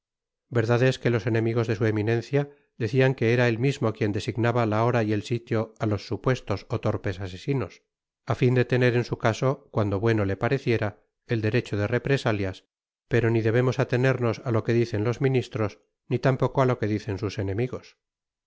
verdad es que los enemigos de su eminencia decian que era él mismo quien designaba la hora y el sitio á los supuestos ó torpes asesinos á fin de tener en su caso cuando bueno le pareciera el derecho de ropresalias pero ni debemos atenernos á lo que dicen los ministros ni tampoco á lo que dicen sus enemigos